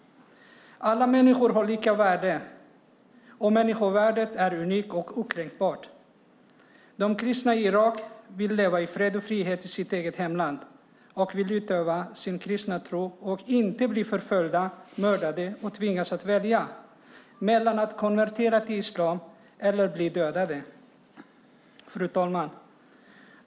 Alla människor har lika värde, och människovärdet är unikt och okränkbart. De kristna i Irak vill leva i fred och frihet i sitt hemland, utöva sin kristna tro och inte bli förföljda, mördade eller tvingas att välja mellan att konvertera eller bli dödade. Fru talman!